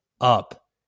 up